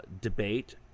debate